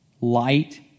light